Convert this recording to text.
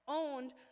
owned